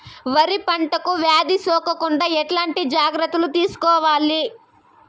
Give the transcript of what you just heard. వరి పంటకు వ్యాధి సోకకుండా ఎట్లాంటి జాగ్రత్తలు తీసుకోవాలి?